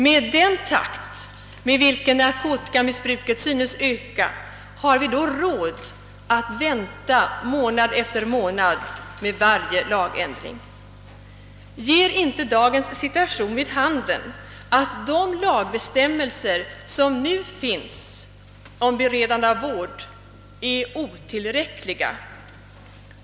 Med den takt som narkotikamissbruket nu synes öka kan man fråga, om vi verkligen har råd att vänta månad efter månad med varje form av lagändring. Ger inte dagens situation vid handen, att de lagbestämmelser som nu finns om beredande av vård är otillräckliga?